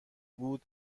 بود